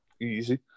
easy